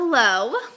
Hello